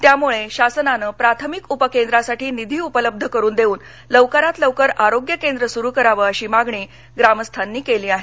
त्यामूळे शासनानं प्राथमिक उपकेंद्रासाठी निधी उपलब्ध करून देऊनलवकरात लवकर आरोग्य केंद्र सुरु करावं अशी मागणी ग्रामस्थांनी केली आहे